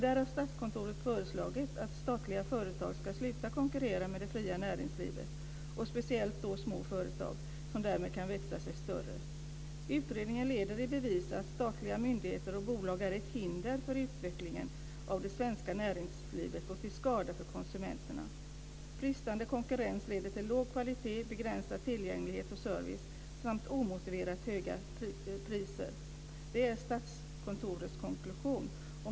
Där har Statskontoret föreslagit att statliga företag ska sluta konkurrera med det fria näringslivet, och speciellt små företag, som därmed kan växa sig större. Utredningen leder i bevis att statliga myndigheter och bolag är ett hinder för utvecklingen av det svenska näringslivet och till skada för konsumenterna. Bristande konkurrens leder till låg kvalitet, till begränsad tillgänglighet och service samt omotiverat höga priser - det är Statskontorets konklusion.